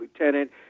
lieutenant